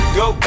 go